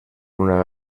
una